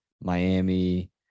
Miami